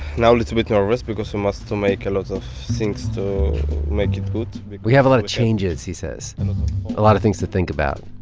now a little bit nervous because we must still make a lot of things to make it good we have a lot of changes, he says, and a lot of things to think about.